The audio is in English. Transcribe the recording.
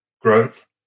growth